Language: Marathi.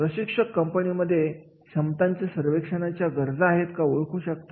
प्रशिक्षक कंपनीमध्ये क्षमतांच्या सर्वेक्षणासाठी गरज आहे का हे ओळखू शकतात